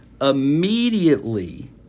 Immediately